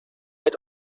had